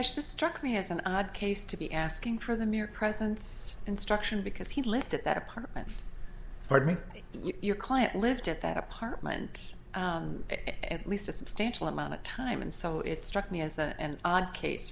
stache just struck me as an odd case to be asking for the mere presence instruction because he lived at that apartment hardly your client lived at that apartment at least a substantial amount of time and so it struck me as an odd case